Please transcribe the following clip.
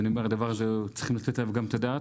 גם על הדבר הזה צריך לתת את הדעת.